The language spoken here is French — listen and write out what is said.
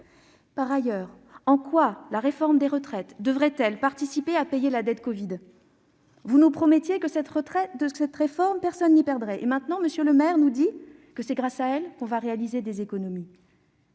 Par ailleurs, en quoi la réforme des retraites devrait-elle participer à payer la dette covid ? Vous nous promettiez qu'avec réforme cette personne n'y perdrait ; or M. Le Maire nous indique que c'est grâce à elle que nous allons réaliser des économies.